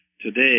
Today